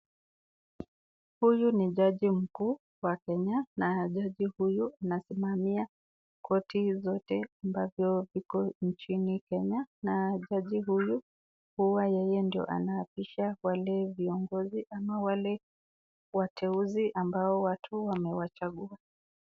Huyu ni jaji mkuu wa Kenya na jaji huyu anasimamia koti zote ambavyo viko Nchini Kenya, na jaji huyu huwa yeye ndio anaapisha wale viongozi ama wale wateuzi ambayo watu wamewachagua.